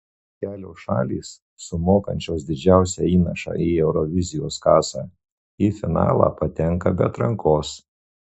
kelios šalys sumokančios didžiausią įnašą į eurovizijos kasą į finalą patenka be atrankos